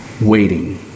waiting